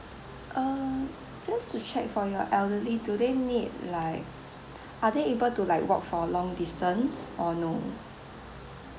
uh just to check for your elderly do they need like are they able to like walk for a long distance or no